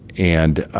and